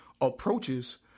approaches